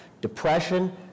depression